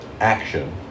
action